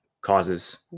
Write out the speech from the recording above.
causes